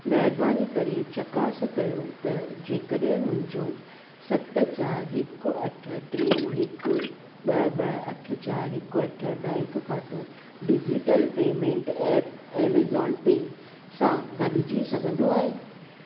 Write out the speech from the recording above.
महिरबानी करे चकासु कयो त जेकॾहिं मुंहिंजो सत चारि हिकु अठ टे हिकु ॿ ॿ अठ चारि हिकु अठ बैंक ख़ातो digital payment app Amazon Pay सां गॾिजी सघंदो आहे